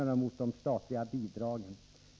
Herr talman!